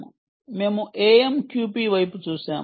మేము AMQP వైపు చూశాము